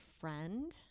friend